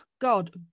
God